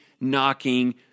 knocking